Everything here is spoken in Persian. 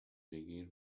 بگیر